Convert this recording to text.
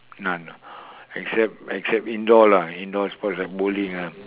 none except except indoor lah indoor sports like bowling ah